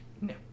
No